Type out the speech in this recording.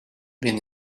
been